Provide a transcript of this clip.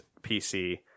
PC